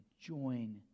join